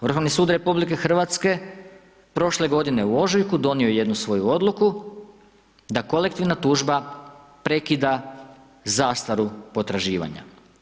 Vrhovni sud RH prošle godine u ožujku donio je jednu svoju odluku da kolektivna tužba prekida zastaru potraživanja.